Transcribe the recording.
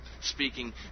speaking